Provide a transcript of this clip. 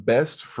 Best